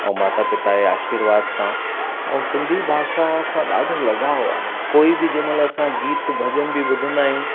ऐं माता पिता जे आशीर्वाद सां ऐं सिंधी भाषा सां ॾाढो लॻाव आहे कोइ बि जंहिंमहिल असां गीत भॼन बि बुधंदा आहियूं